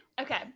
okay